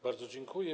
Bardzo dziękuję.